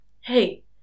Hey